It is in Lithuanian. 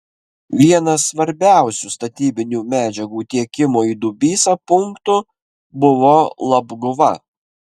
vienas svarbiausių statybinių medžiagų tiekimo į dubysą punktų buvo labguva